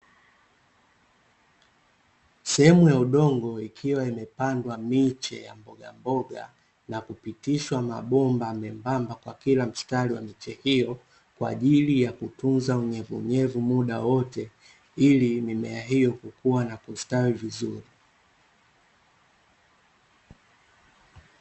Sehemu ya udongo, ikiwa imepandwa miche ya mbogamboga, na kupitishwa mabomba membamba kwa kila mstari wa miche hiyo, kwa ajili ya kutunza unyevunyevu muda wote. Ili mimea hiyo, kukuwa na kustawi vizuri.